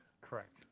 Correct